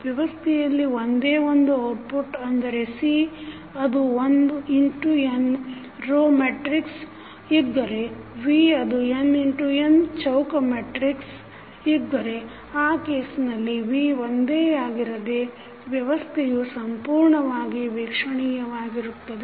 ವ್ಯವಸ್ಥೆಯಲ್ಲಿ ಒಂದೇ ಒಂದು ಔಟ್ಪುಟ್ ಅಂದರೆ C ಅದು 1×n row matrix row matrix ಇದ್ದರೆ V ಅದು n×nಚೌಕ ಮೆಟ್ರಿಕ್ಸ square matrix ಇದ್ದರೆ ಆ ಕೇಸ್ನಲ್ಲಿ V ಒಂದೇಯಾಗಿರದಿದ್ದರೆ ವ್ಯವಸ್ಥೆಯು ಸಂಪೂರ್ಣವಾಗಿ ವೀಕ್ಷಣೀಯವಾಗಿರುತ್ತದೆ